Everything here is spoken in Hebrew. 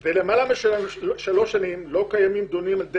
"זה למעלה משלוש שנים לא קיימים דיונים על ידי